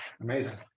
Amazing